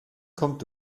kommt